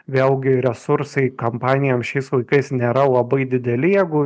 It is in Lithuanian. vėlgi resursai kampanijom šiais laikais nėra labai dideli jeigu